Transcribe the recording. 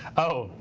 oh,